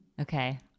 Okay